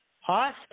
Hoss